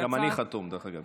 גם אני חתום עליה, דרך אגב.